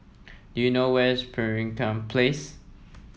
do you know where is Pemimpin Place